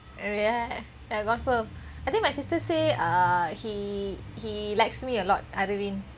ya confirm I think my sister uh say he he likes me a lot aravind